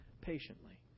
patiently